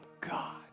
God